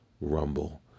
Rumble